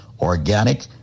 organic